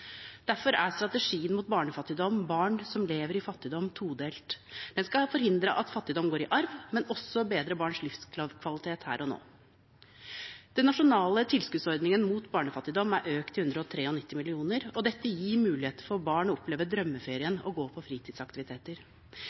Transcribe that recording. Derfor er strategien mot barnefattigdom, Barn som lever i fattigdom, todelt. Den skal forhindre at fattigdom går i arv, men også bedre barns livskvalitet her og nå. Den nasjonale tilskuddsordningen mot barnefattigdom er økt til 193 mill. kr, og dette gir muligheter for barn til å oppleve drømmeferien og gå på fritidsaktiviteter.